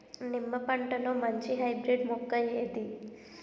నిమ్మ పంటలో మంచి హైబ్రిడ్ మొక్క ఏది?